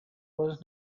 was